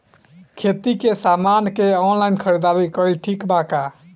खेती के समान के ऑनलाइन खरीदारी कइल ठीक बा का?